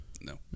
No